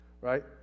right